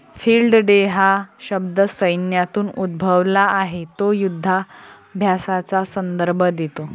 field day हा शब्द सैन्यातून उद्भवला आहे तो युधाभ्यासाचा संदर्भ देतो